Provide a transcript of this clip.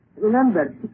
Remember